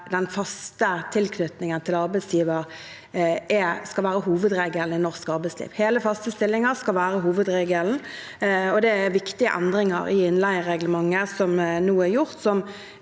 den faste tilknytningen til arbeidsgiver skal være hovedregelen i norsk arbeidsliv. Hele, faste stillinger skal være hovedregelen. Det er viktige endringer i innleiereglementet som nå er gjort,